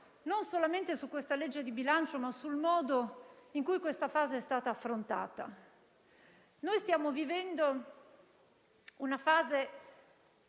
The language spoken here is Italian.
non solamente su questa legge di bilancio, ma sul modo in cui questa fase è stata affrontata. Noi stiamo vivendo una fase